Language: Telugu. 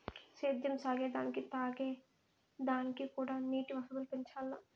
సేద్యం సాగే దానికి తాగే దానిక్కూడా నీటి వసతులు పెంచాల్ల